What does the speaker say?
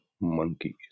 Monkeys